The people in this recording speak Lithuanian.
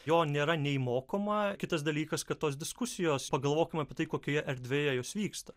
jo nėra nei mokoma kitas dalykas kad tos diskusijos pagalvokim apie tai kokioje erdvėje jos vyksta